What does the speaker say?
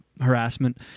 harassment